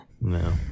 No